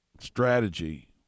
strategy